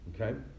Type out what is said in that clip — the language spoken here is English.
Okay